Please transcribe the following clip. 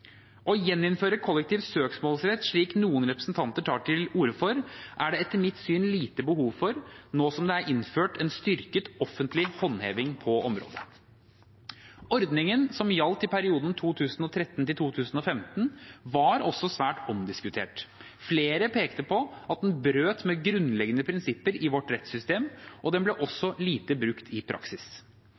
Å gjeninnføre kollektiv søksmålsrett, slik noen representanter tar til orde for, er det etter mitt syn lite behov for nå som det er innført en styrket, offentlig håndheving på området. Ordningen, som gjaldt i perioden 2013 til 2015, var også svært omdiskutert. Flere pekte på at den brøt med grunnleggende prinsipper i vårt rettssystem, og den ble også lite brukt i praksis.